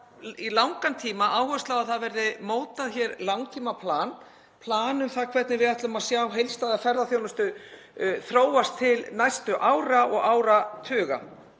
í langan tíma lagt áherslu á það að hér verði mótað langtímaplan um það hvernig við ætlum að sjá heildstæða ferðaþjónustu þróast til næstu ára og áratuga.